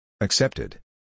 Accepted